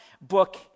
book